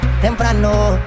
temprano